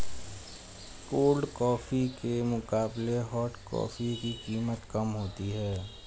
cold coffee के मुकाबले hot coffee की कीमत कम होती है